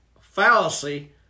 fallacy